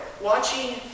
watching